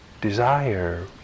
desire